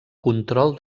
control